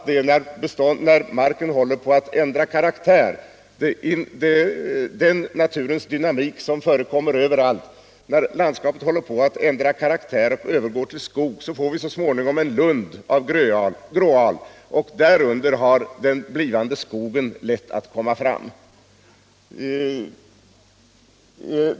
Den naturens dynamik som förekommer överallt gör att vi, när landskapet håller på att ändra karaktär och övergå till skog, får en lund av gråal. Där under har den blivande skogen lätt att komma fram.